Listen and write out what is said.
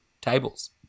tables